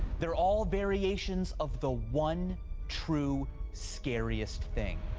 they're all variations of the one true scariest thing